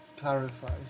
clarifies